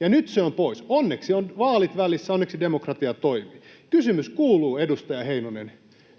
ja nyt se on pois. Onneksi ovat vaalit välissä, onneksi demokratia toimii. Kysymys kuuluu, edustaja Heinonen: